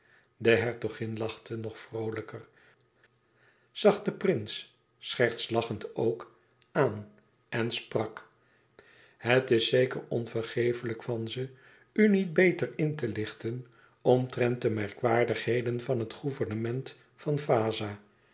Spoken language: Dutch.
de hertogin lachte nog vroolijker zag den prins schertslachend ook aan en sprak het is zeker onvergeeflijk van ze u niet beter in te lichten omtrent de merkwaardigheden van het gouvernement van vaza